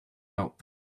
out